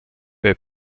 bei